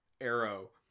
arrow